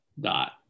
dot